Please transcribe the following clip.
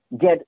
get